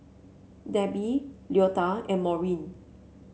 Debbie Leota and Maureen